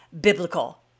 biblical